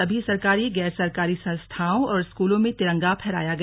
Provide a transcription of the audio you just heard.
सभी सरकारी गैर सरकारी संस्थाओं और स्कूलों में तिरंगा फहराया गया